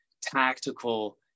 tactical